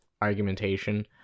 argumentation